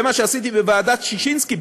זה מה שעשיתי בוועדת ששינסקי.